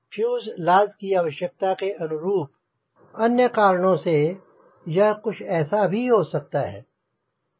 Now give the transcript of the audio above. fuselage की आवश्यकता के अनुरूप अन्य कारणों से यह कुछ ऐसा भी हो सकता है